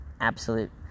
absolute